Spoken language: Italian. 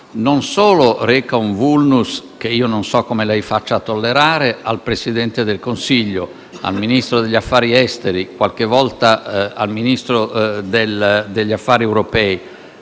non solo un *vulnus* - che io non so come lei faccia a tollerare - al Presidente del Consiglio, al Ministro degli affari esteri e qualche volta al Ministro per gli affari europei,